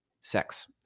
sex